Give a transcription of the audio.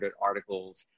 articles